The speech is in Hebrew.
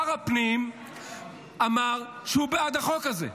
שר הפנים אמר שהוא בעד החוק הזה.